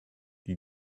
die